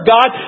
God